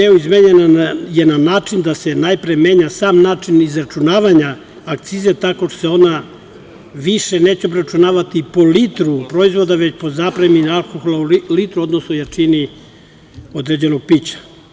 Ovaj deo izmenjen je na način da se najpre menja sam način izračunavanja akcize, tako što se ona više neće obračunavati po litru proizvoda, već po zapremini alkohola u litru, odnosno jačini određenog pića.